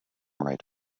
right